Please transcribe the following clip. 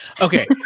okay